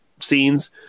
scenes